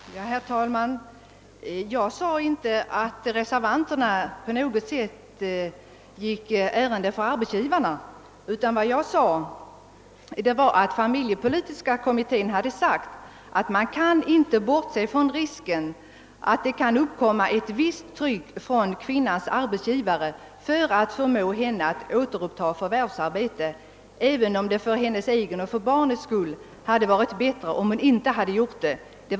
Herr talman! Jag sade inte att reservanterna gick arbetsgivarnas ärenden. Jag erinrade om att familjepolitiska kommittén i sin PM skrivit att man inte helt kan bortse från risken av att det kan uppkomma ett visst tryck från kvinnans arbetsgivare för att förmå henne att återuppta sitt förvärvsarbete, även om det såväl för hennes egen som för barnens skull hade varit bättre om hon inte gjorde det.